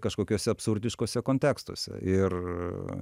kažkokiuose absurdiškose kontekstuose ir